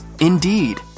Indeed